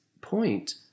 point